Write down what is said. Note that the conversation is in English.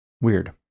Weird